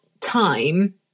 time